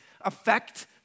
affect